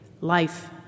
life